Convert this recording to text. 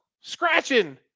scratching